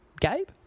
gabe